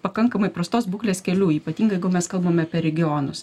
pakankamai prastos būklės kelių ypatingai jeigu mes kalbame apie regionus